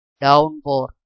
downpour